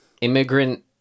immigrant